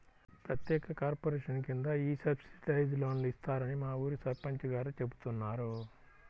ప్రత్యేక కార్పొరేషన్ కింద ఈ సబ్సిడైజ్డ్ లోన్లు ఇస్తారని మా ఊరి సర్పంచ్ గారు చెబుతున్నారు